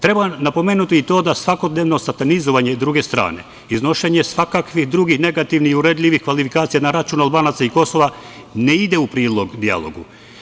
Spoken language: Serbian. Treba napomenuti i to da svakodnevno satanizovanje druge strane, iznošenje svakakvih drugih negativnih i uvredljivih kvalifikacija na račun Albanaca i Kosova ne ide u prilog dijalogu.